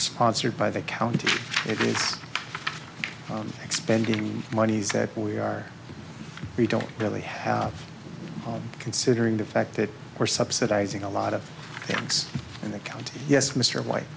sponsored by the county if you expend in monies that we are we don't really have home considering the fact that we're subsidizing a lot of things in the county yes mr whyte